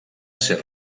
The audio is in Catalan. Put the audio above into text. ser